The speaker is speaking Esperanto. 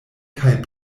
kaj